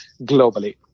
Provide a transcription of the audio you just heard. globally